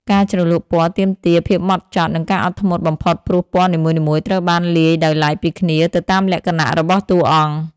ការជ្រលក់ពណ៌ទាមទារភាពហ្មត់ចត់និងការអត់ធ្មត់បំផុតព្រោះពណ៌នីមួយៗត្រូវបានលាបដោយឡែកពីគ្នាទៅតាមលក្ខណៈរបស់តួអង្គ។